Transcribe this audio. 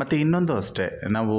ಮತ್ತು ಇನ್ನೊಂದು ಅಷ್ಟೆ ನಾವು